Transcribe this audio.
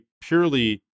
purely